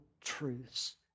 truths